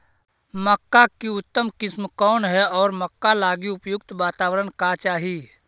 मक्का की उतम किस्म कौन है और मक्का लागि उपयुक्त बाताबरण का चाही?